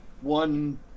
one